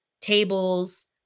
tables